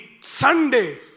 Sunday